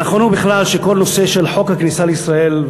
הנכון הוא בכלל שכל הנושא של חוק הכניסה לישראל,